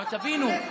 ראית?